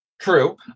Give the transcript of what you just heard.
True